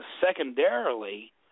secondarily